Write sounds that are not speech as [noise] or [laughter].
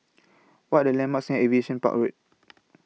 What Are The landmarks near Aviation Park Road [noise]